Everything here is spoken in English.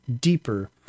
deeper